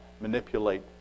manipulate